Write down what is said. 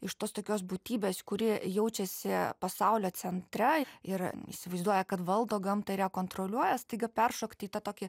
iš tos tokios būtybės kuri jaučiasi pasaulio centre ir įsivaizduoja kad valdo gamtą ir ją kontroliuoja staiga peršokt į tą tokį